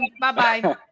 Bye-bye